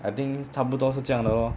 I think 差不多是这样的 lor